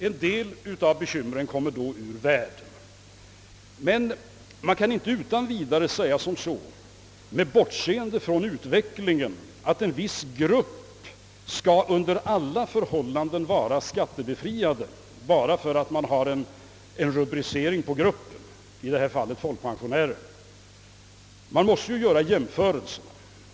En del av bekymren kommer då ur världen. Man kan inte utan vidare med bortseende från utvecklingen säga att en viss grupp under alla förhållanden skall vara skattebefriad bara för att man har en rubricering på gruppen — i detta fall folkpensionärer. Man måste göra jämförelser.